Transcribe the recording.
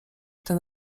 ten